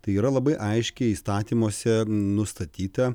tai yra labai aiškiai įstatymuose nustatyta